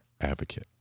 advocate